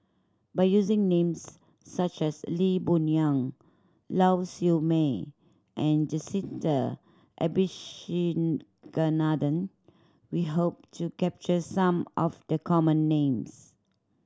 by using names such as Lee Boon Yang Lau Siew Mei and Jacintha we hope to capture some of the common names